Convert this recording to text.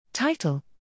Title